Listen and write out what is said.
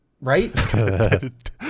right